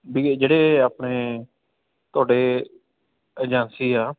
ਵੀ ਜਿਹੜੇ ਆਪਣੇ ਤੁਹਾਡੇ ਏਜੰਸੀ ਆ